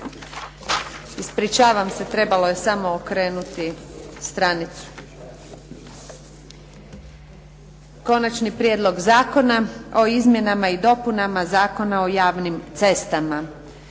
Rasprava je zaključena. Dajem na glasovanje Konačni prijedlog zakona o izmjenama i dopunama Zakona o javnim cestama.